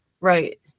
Right